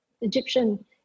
Egyptian